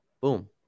Boom